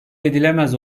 edilemez